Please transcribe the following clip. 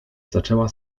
zaczęła